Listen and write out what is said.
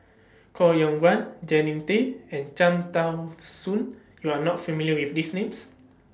Koh Yong Guan Jannie Tay and Cham Tao Soon YOU Are not familiar with These Names